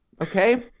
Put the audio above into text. Okay